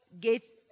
gates